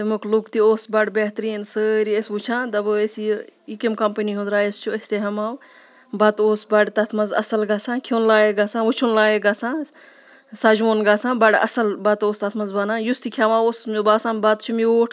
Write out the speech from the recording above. تیٚمیٚک لُک تہِ اوس بَڑٕ بہتریٖن سٲری ٲسۍ وٕچھان دَپان ٲسۍ یہِ یہِ کمہِ کَمپٔنی ہُنٛد رایس چھُ أسۍ تہِ ہٮ۪مہٕ ہَو بَتہٕ اوس بَڑٕ تَتھ منٛز اَصٕل گژھان کھیوٚن لایق گژھان وٕچھُن لایق گَژھان سَجہِ وُن گژھان بَڑٕ اَصٕل بَتہٕ اوس تَتھ منٛز بَنان یُس تہِ کھٮ۪وان اوس مےٚ باسان بَتہٕ چھِ میوٗٹھ